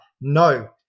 No